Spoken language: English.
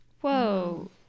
Whoa